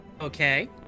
Okay